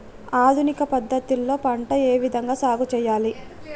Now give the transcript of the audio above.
ఆధునిక పద్ధతి లో పంట ఏ విధంగా సాగు చేయాలి?